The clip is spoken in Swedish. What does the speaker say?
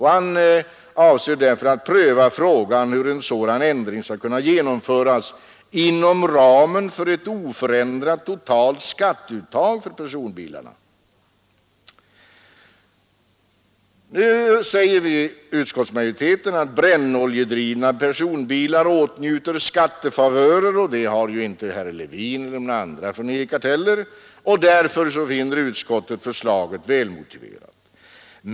Han avser därför att pröva frågan hur en sådan ändring skall kunna genomföras inom ramen för ett oförändrat totalt skatteuttag för personbilarna. Utskottsmajoriteten säger att brännoljedrivna personbilar åtnjuter skattefavörer, och det har inte heller herr Levin eller andra förnekat. Därför finner utskottet förslaget välmotiverat.